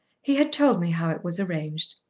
he had told me how it was arranged.